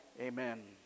Amen